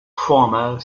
former